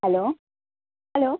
hello hello